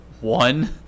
one